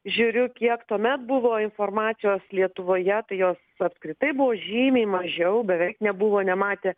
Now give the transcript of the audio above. žiūriu kiek tuomet buvo informacijos lietuvoje tai jos apskritai buvo žymiai mažiau beveik nebuvo nematę